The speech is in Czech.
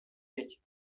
děti